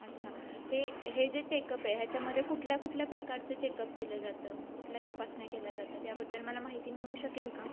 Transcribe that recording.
अच्छा हे हे जे चेकअप आहे ह्याच्यामध्ये कुठल्या कुठल्या प्रकारचं चेकअप केलं जातं कुठल्या तपासण्या केल्या जातात याबद्दल मला माहिती मिळू शकेल का